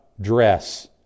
dress